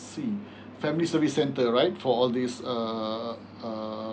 family service center right for all this uh uh